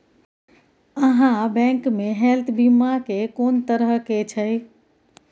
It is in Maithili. आहाँ बैंक मे हेल्थ बीमा के कोन तरह के छै?